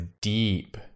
deep